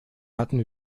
hatten